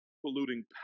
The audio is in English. polluting